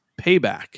Payback